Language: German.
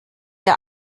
der